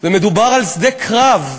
ומדובר על שדה קרב,